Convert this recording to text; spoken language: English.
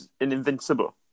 invincible